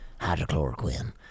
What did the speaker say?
hydrochloroquine